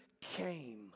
came